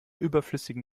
überflüssigen